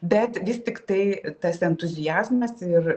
bet vis tiktai tas entuziazmas ir